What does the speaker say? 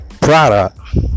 product